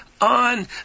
on